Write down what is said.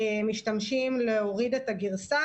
למשתמשים להוריד את הגרסה,